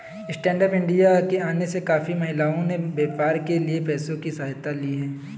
stand up India के आने से काफी महिलाओं ने व्यापार के लिए पैसों की सहायता ली है